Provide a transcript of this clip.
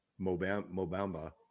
Mobamba